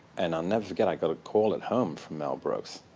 and i'll never forget, i got a call at home from mel brooks.